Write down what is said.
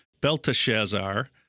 Belteshazzar